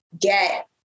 get